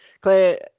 Claire